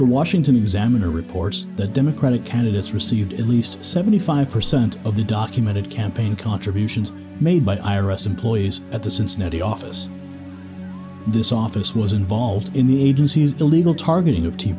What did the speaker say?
the washington examiner reports that democratic candidates received at least seventy five percent of the documented campaign contributions made by iris employees at the cincinnati office this office was involved in the agency's illegal targeting of tea